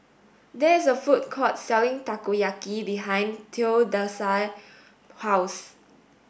there is a food court selling Takoyaki behind Theodosia's house